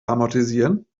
amortisieren